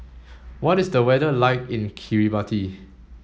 what is the weather like in Kiribati